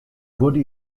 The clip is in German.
wurde